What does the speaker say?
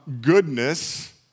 goodness